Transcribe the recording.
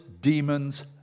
demons